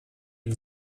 ihn